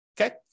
okay